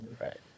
right